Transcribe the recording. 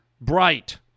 Bright